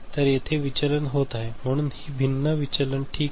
तर येथे विचलन होत आहे म्हणून ही भिन्न विचलन ठीक आहेत